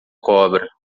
cobra